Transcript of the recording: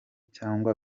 cyangwa